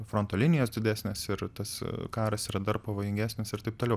fronto linijos didesnės ir tas karas yra dar pavojingesnis ir taip toliau